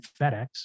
FedEx